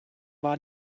war